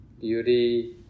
Beauty